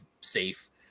safe